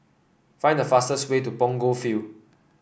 find the fastest way to Punggol Field